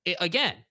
again